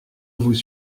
vous